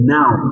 now